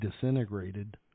disintegrated